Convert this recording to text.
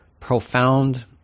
profound